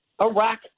Iraq